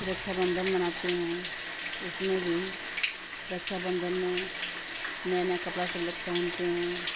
रक्षाबंधन मनाते हैं उसमें भी रक्षाबंधन में नया नया कपड़ा सब लोग पहनते हैं